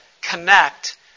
connect